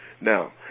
Now